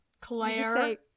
claire